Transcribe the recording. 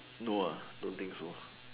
no ah don't think so